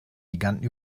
giganten